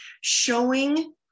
showing